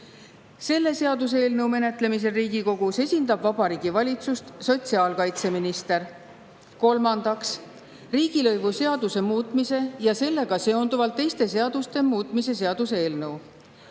Selle seaduseelnõu menetlemisel Riigikogus esindab Vabariigi Valitsust sotsiaalkaitseminister. Kolmandaks, riigilõivuseaduse muutmise ja sellega seonduvalt teiste seaduste muutmise seaduse eelnõu.